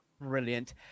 brilliant